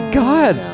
god